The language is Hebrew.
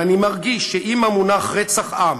אבל אני מרגיש שאם המונח רצח עם,